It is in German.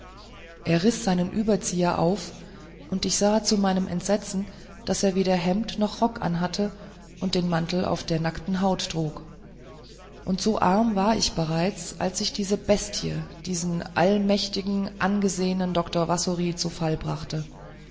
er riß seinen überzieher auf und ich sah zu meinem entsetzen daß er weder hemd noch rock anhatte und den mantel über der nackten haut trug und so arm war ich bereits als ich diese bestie diesen allmächtigen angesehenen dr wassory zu fall brachte